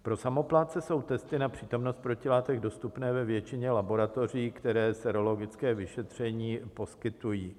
Pro samoplátce jsou testy na přítomnost protilátek dostupné ve většině laboratoří, které sérologické vyšetření poskytují.